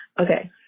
okay